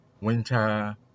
winter